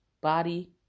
body